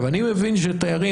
אני מבין שתיירים,